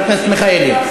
חבר הכנסת מיכאלי.